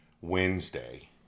Wednesday